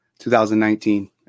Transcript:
2019